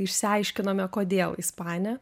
išsiaiškinome kodėl ispanė